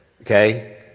Okay